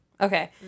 Okay